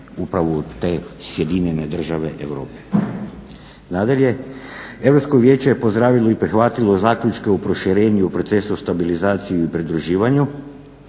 upravo u te sjedinjene države Europe. Nadalje, Europsko vijeće je pozdravilo i prihvatilo zaključke o proširenju u procesu stabilizacije i pridruživanju,